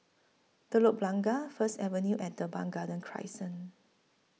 Telok Blangah First Avenue and Teban Garden Crescent